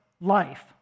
life